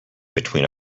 between